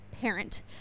parent